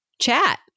chat